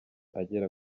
agera